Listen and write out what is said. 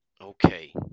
Okay